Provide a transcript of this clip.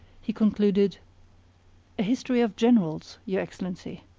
he concluded a history of generals, your excellency.